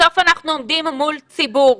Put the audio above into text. בסוף, אנחנו עומדים מול ציבור.